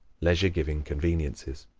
leisure-giving conveniences.